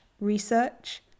research